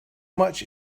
much